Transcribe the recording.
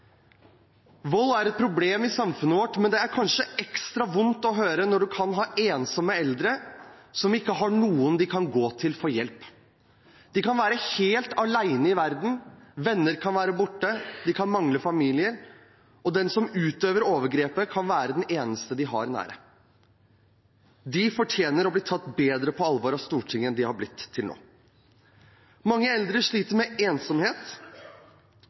Vold er et problem i samfunnet vårt, men det er kanskje ekstra vondt å høre om ensomme eldre som ikke har noen de kan gå til for å få hjelp. De kan være helt alene i verden, venner kan være borte, de kan mangle familie, og den som utøver overgrepet, kan være den eneste nære de har. De fortjener å bli tatt på større alvor av Stortinget enn de er blitt til nå. Mange eldre sliter med ensomhet,